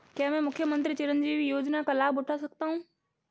क्या मैं मुख्यमंत्री चिरंजीवी योजना का लाभ उठा सकता हूं?